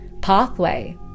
pathway